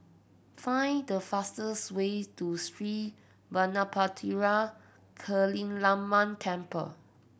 find the fastest way to Sri Vadapathira Kaliamman Temple